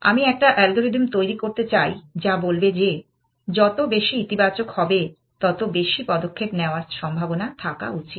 আমি একটা অ্যালগরিদম তৈরি করতে চাই যা বলবে যে যত বেশি ইতিবাচক হবে তত বেশি পদক্ষেপ নেওয়ার সম্ভাবনা থাকা উচিত